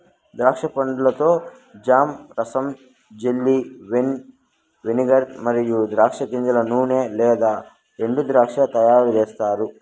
ద్రాక్ష పండ్లతో జామ్, రసం, జెల్లీ, వైన్, వెనిగర్ మరియు ద్రాక్ష గింజల నూనె లేదా ఎండుద్రాక్ష తయారుచేస్తారు